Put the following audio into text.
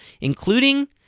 including